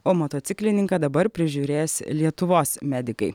o motociklininką dabar prižiūrės lietuvos medikai